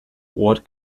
what